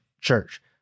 church